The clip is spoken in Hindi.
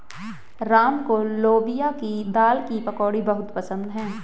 राम को लोबिया की दाल की पकौड़ी बहुत पसंद हैं